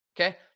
Okay